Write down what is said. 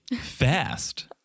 fast